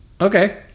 okay